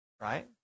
right